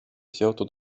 seotud